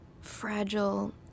fragile